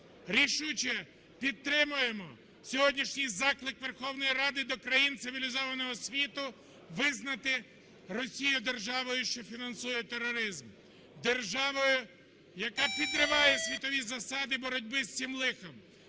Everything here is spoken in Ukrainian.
Рішуче підтримуємо сьогоднішній заклик Верховної Ради до країн цивілізованого світу визнати Росію державою, що фінансує тероризм, державою, яка підриває світові засади боротьби з цим лихом.